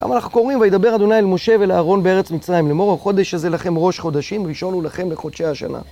גם אנחנו קוראים וידבר אדוני אל משה ואל אהרון בארץ מצרים לאמור חודש הזה לכם ראש חודשים, ראשון הוא לכם בחודשי השנה.